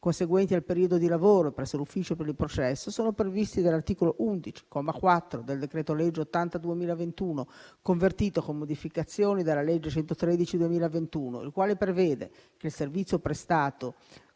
conseguenti al periodo di lavoro presso l'ufficio per il processo sono previsti dall'articolo 11, comma 4, del decreto-legge n. 80 del 2021, convertito con modificazioni dalla legge n. 113 del 2021, il quale prevede che il servizio prestato